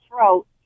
throat